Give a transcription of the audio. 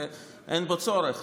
ואין בו צורך,